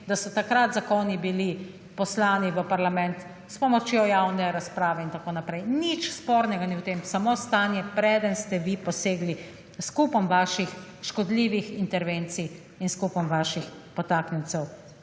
da so takrat zakoni bili poslani v parlament s pomočjo javne razprave in tako naprej, nič spornega ni v tem samo stanje preden ste vi posegli s kupom vaših škodljivih intervencij in s kupom vaših podtaknjencev